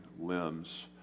limbs